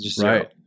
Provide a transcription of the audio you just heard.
Right